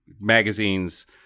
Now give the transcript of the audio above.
magazines